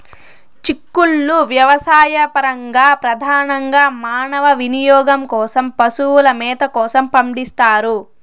చిక్కుళ్ళు వ్యవసాయపరంగా, ప్రధానంగా మానవ వినియోగం కోసం, పశువుల మేత కోసం పండిస్తారు